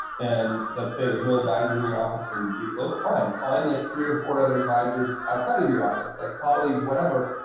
and let's say there's no advisors in your office and you go, fine, like three or four other advisors outside of your office like colleagues, whatever.